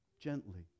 gently